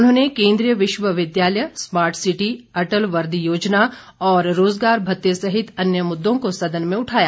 उन्होंने केंद्रीय विश्वविद्यालय स्मार्ट सिटी अटल वर्दी योजना और रोजगार भत्ते सहित अन्य मुद्दों को सदन में उठाया